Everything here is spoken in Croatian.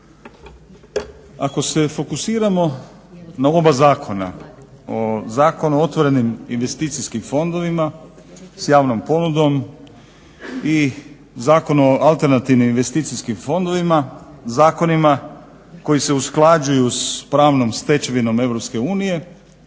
Ako se fokusiramo na oba zakona, na Zakon o otvorenim investicijskim fondovima sa javnom ponudom i Zakon o alternativnim investicijskim fondovima, zakonima koji se usklađuju s pravnom stečevinom EU